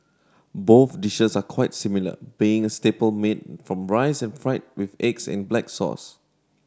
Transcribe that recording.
both dishes are quite similar being a staple made from rice and fried with eggs and black sauce